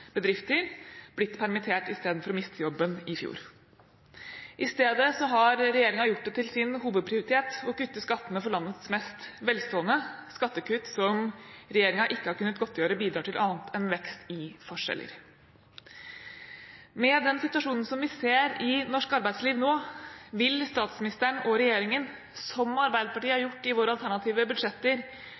bedrifter blitt permittert istedenfor å miste jobben i fjor. I stedet har regjeringen gjort det til sin hovedprioritet å kutte skattene for landets mest velstående, skattekutt som regjeringen ikke har kunnet godtgjøre bidrar til annet enn vekst i forskjeller. Med den situasjonen som vi ser i norsk arbeidsliv nå, vil statsministeren og regjeringen, som Arbeiderpartiet har gjort i våre alternative budsjetter,